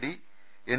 D N